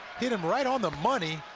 hit him right on the money.